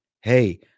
Hey